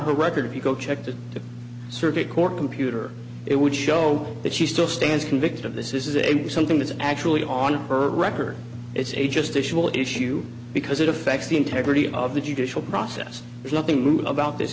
her record if you go check the circuit court computer it would show that she still stands convicted of this is a something that's actually on her record it's a just tissue will issue because it affects the integrity of the judicial process if nothing about this